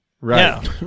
Right